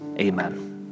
Amen